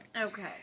Okay